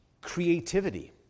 creativity